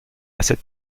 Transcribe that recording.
cette